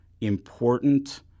important